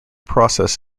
process